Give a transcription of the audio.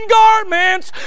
garments